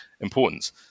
importance